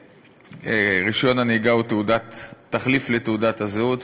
שרישיון הנהיגה הוא תחליף לתעודת הזהות,